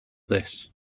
this